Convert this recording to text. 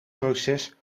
proces